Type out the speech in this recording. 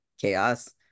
Chaos